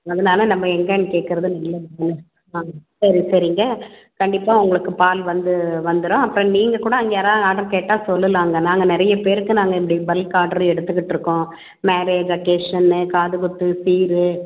அதனால் நம்ம எங்கேனு கேட்குறது நல்லது ஆ சரி சரிங்க கண்டிப்பாக உங்களுக்கு பால் வந்து வந்துடும் அப்புறம் நீங்கள்கூட அங்கே யாராவது ஆர்ட்ரு கேட்டால் சொல்லலாங்க நாங்கள் நிறைய பேருக்கு நாங்கள் இப்படி பல்க் ஆர்டர் எடுத்துக்கிட்டிருக்கோம் மேரேஜ் அக்கேஷன்னு காதுக்குத்து சீர்